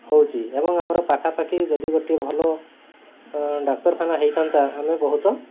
ହେଉଛି ଏବଂ ଆମର ପାଖାପାଖି ଯଦି ଗୋଟିଏ ଭଲ ଡାକ୍ତରଖାନା ହୋଇଥାନ୍ତା ଆମେ ବହୁତ